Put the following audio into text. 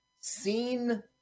seen